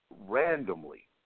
randomly